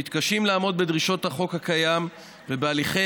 מתקשים לעמוד בדרישות החוק הקיים ובהליכי